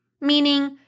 meaning